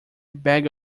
bag